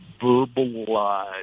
verbalize